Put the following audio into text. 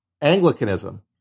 Anglicanism